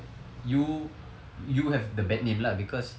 you you have the bad name lah because